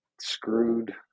screwed